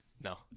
No